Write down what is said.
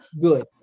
Good